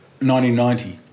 1990